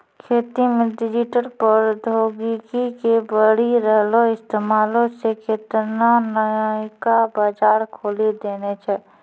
खेती मे डिजिटल प्रौद्योगिकी के बढ़ि रहलो इस्तेमालो से केतना नयका बजार खोलि देने छै